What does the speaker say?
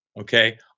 okay